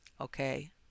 okay